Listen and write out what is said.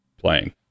playing